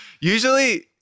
usually